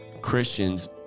Christians